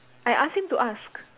I asked him to ask